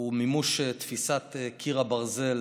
הוא מימוש תפיסת קיר הברזל